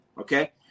okay